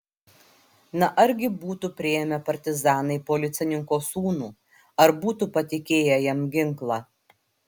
na argi būtų priėmę partizanai policininko sūnų ar būtų patikėję jam ginklą